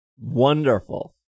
Wonderful